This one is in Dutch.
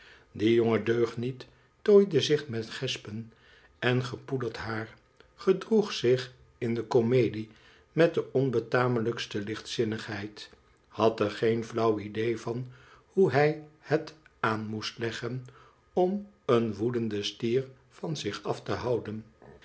die jonge deugniet tooide zich met gespen en gepoederd haar gedroeg zich in de komedie met de onbetamelijkste lichtzinnigheid had er geen flauw idee van boe hij het aan moest leggen om een woedenden stier van zich af te houden